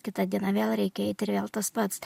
kitą dieną vėl reikia eit ir vėl tas pats